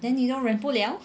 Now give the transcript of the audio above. then you don't 忍不 liao